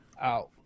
out